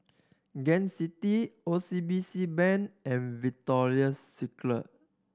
Gain City O C B C Bank and Victoria Secret